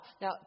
now